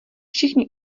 všichni